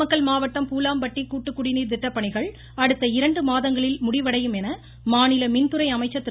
நாமக்கல் மாவட்டம் பூலாம்பட்டி கூட்டுக் குடிநீர் திட்டப் பணிகள் அடுத்த இரண்டு மாதங்களில் முடிவடையும் என மாநில மின்துறை அமைச்சர் திரு